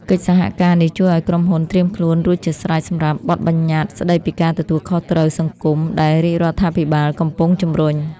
កិច្ចសហការនេះជួយឱ្យក្រុមហ៊ុនត្រៀមខ្លួនរួចជាស្រេចសម្រាប់បទបញ្ញត្តិស្ដីពីការទទួលខុសត្រូវសង្គម ដែលរាជរដ្ឋាភិបាលកំពុងជំរុញ។